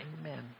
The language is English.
amen